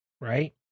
right